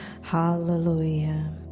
hallelujah